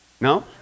No